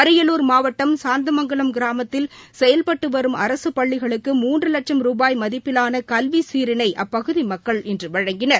அரியலூர் மாவட்டம் சாத்தமங்கலம் கிராமத்தில் செயல்பட்டு வரும் அரசுப் பள்ளிக்கு மூன்று லட்சம் ரூபாய் மதிப்பிலான கல்வி சீரினை அப்பகுதி மக்கள் இன்று வழங்கினர்